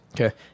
Okay